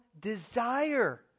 desire